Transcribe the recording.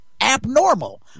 abnormal